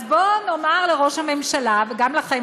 אז בואו נאמר לראש הממשלה וגם לכם,